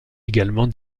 également